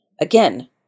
Again